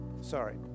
Sorry